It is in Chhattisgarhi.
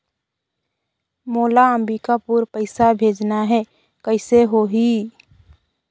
मोला अम्बिकापुर पइसा भेजना है, कइसे होही?